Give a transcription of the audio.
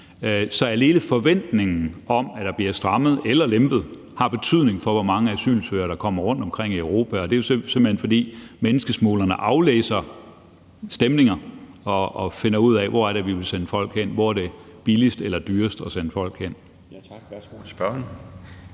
Så alene forventningen om, at der her bliver strammet eller lempet, har betydning for, hvor mange asylansøgere der kommer rundtomkring i Europa. Det er simpelt hen, fordi menneskesmuglerne aflæser stemninger og finder ud af, hvor man vil sende folk hen, og hvor det er billigst eller dyrest at sende folk hen.